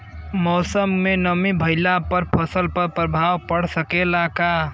मौसम में नमी भइला पर फसल पर प्रभाव पड़ सकेला का?